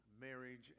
marriage